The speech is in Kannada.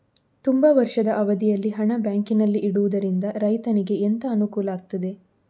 ತುಂಬಾ ವರ್ಷದ ಅವಧಿಯಲ್ಲಿ ಹಣ ಬ್ಯಾಂಕಿನಲ್ಲಿ ಇಡುವುದರಿಂದ ರೈತನಿಗೆ ಎಂತ ಅನುಕೂಲ ಆಗ್ತದೆ?